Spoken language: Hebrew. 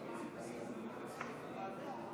ההצבעה.